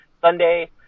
Sunday